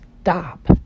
stop